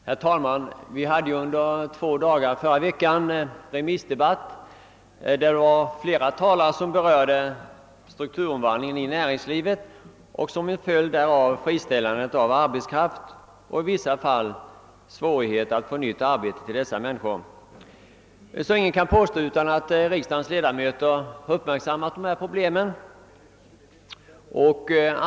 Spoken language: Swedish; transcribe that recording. Herr talman! Under den två dagar långa remissdebatten i förra veckan berörde flera talare strukturomvandlingen i näringslivet och som en följd därav friställandet av arbetskraft och i vissa fall svårigheter att få nytt arbete till dessa människor. Ingen kan alltså påstå annat än att riksdagens ledamöter har uppmärksammat de problem som uppstår i samband med strukturomvandlingen av vårt näringsliv.